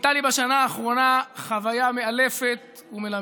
הייתה לי בשנה האחרונה חוויה מאלפת ומלמדת.